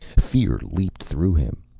fear leaped through him.